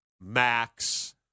Max